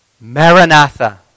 Maranatha